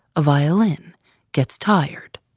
a violin gets tired.